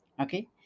okay